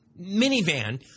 minivan